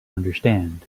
understand